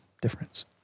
difference